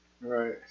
Right